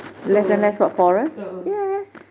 so a'ah